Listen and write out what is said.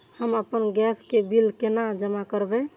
हम आपन गैस के बिल केना जमा करबे?